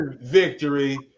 victory